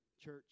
church